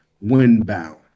Windbound